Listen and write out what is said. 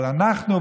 אבל אנחנו,